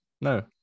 no